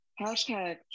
Hashtag